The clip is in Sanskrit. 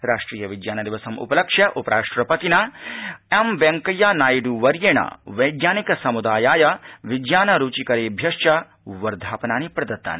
राष्टियविज्ञानदिवसमुपलक्ष्य उपराष्ट्रपतिना एम वेंकैया नायडू वर्येण वैज्ञानिकसमुदायाय विज्ञानरूचिकरेभ्यश्च वर्धापनानि प्रदत्तानि